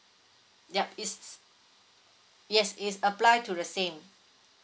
yup it's yes it's apply to the same